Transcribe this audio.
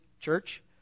church